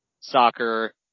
soccer